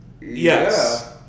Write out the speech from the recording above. Yes